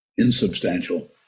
Insubstantial